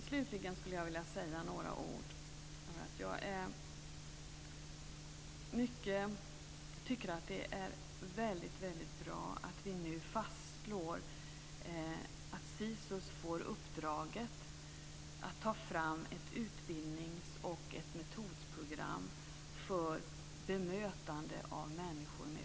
Slutligen skulle jag vilja säga att jag tycker att det är väldigt bra att vi nu fastslår att SISU får uppdraget att ta fram ett utbildnings och metodprogram för bemötande av människor med funktionshinder.